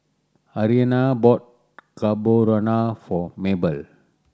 Arianna bought Carbonara for Mabel